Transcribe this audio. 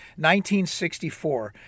1964